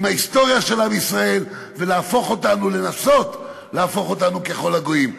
ההיסטוריה של עם ישראל ולנסות להפוך אותנו להיות ככל הגויים,